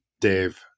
Dave